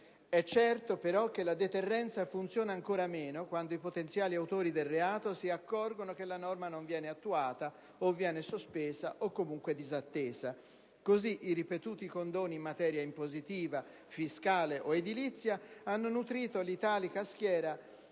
È certo, però, che la deterrenza funziona ancora meno quando i potenziali autori del reato si accorgono che la norma non viene attuata, o viene sospesa o, comunque, disattesa. Così, i ripetuti condoni in materia impositiva, fiscale o edilizia hanno nutrito l'italica schiera